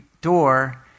door